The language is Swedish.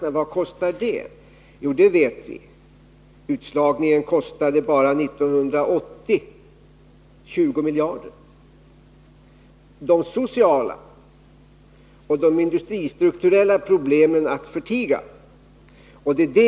Det vet vi - utslagningen kostade bara 1980 20 miljarder kronor, de sociala och industristrukturella problemen att förtiga.